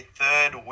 third